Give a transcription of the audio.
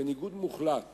בניגוד מוחלט